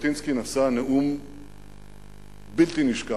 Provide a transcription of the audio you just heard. ז'בוטינסקי נשא נאום בלתי נשכח,